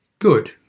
good